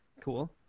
cool